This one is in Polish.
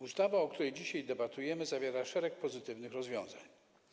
Ustawa, nad którą dzisiaj debatujemy, zawiera szereg pozytywnych rozwiązań.